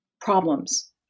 problems